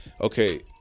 okay